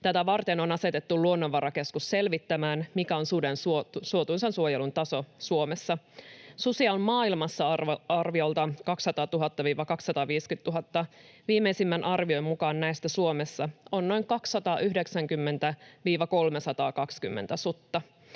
Tätä varten on asetettu Luonnonvarakeskus selvittämään, mikä on suden suotuisan suojelun taso Suomessa. Susia on maailmassa arviolta 200 000—250 000. Viimeisimmän arvion mukaan näistä on Suomessa noin 290—320 sutta.